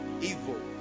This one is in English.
Evil